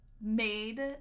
made